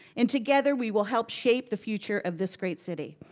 and together we will help shape the future of this great city.